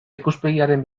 ikuspegiaren